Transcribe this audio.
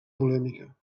polèmica